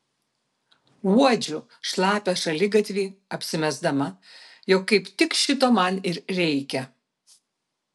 uodžiu šlapią šaligatvį apsimesdama jog kaip tik šito man ir reikia